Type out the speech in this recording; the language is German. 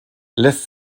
lässt